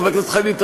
חבר הכנסת חנין,